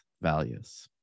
values